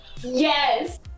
Yes